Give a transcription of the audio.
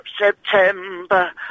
September